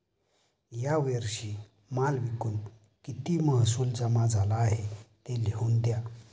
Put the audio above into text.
या वर्षी माल विकून किती महसूल जमा झाला आहे, ते लिहून द्या